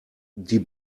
die